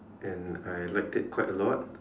and I liked it quite a lot